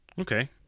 Okay